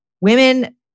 women